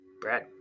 Brad